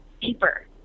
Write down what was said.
deeper